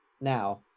now